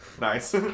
Nice